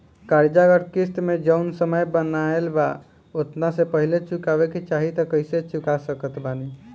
कर्जा अगर किश्त मे जऊन समय बनहाएल बा ओतना से पहिले चुकावे के चाहीं त कइसे चुका सकत बानी?